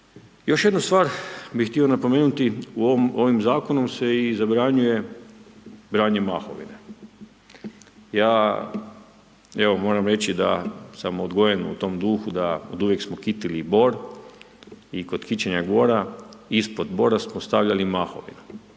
Još jednu stvar bi htio napomenuti. Ovim zakonom se i zabranjuje branje mahovine. Ja evo moram reći da sam odgojen u tom duhu da uvijek smo kitili bor i kod kićenja bora ispod bora smo stavljali mahovinu.